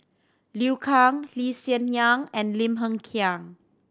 Liu Kang Lee Hsien Yang and Lim Hng Kiang